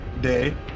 day